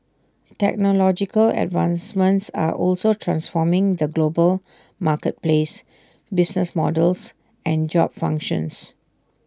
technological advancements are also transforming the global marketplace business models and job functions